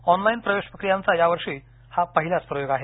online प्रवेश प्रक्रियांचा यावर्षी पहिला प्रयोग आहे